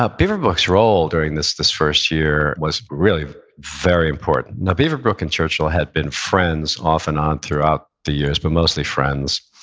ah beaverbrook's role during this this first year was really very important. now, beaverbrook and churchill had been friends off and on throughout the years, but mostly friends,